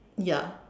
ya